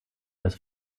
das